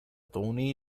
توني